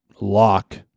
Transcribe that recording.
lock